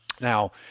Now